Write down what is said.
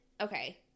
Okay